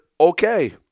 okay